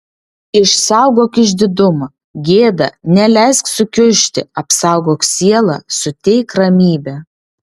išsaugok išdidumą gėdą neleisk sukiužti apsaugok sielą suteik ramybę